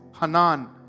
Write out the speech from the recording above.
Hanan